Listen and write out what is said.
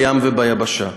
בים וביבשה.